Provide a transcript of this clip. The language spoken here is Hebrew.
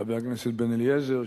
חבר הכנסת בן-אליעזר,